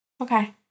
Okay